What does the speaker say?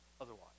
otherwise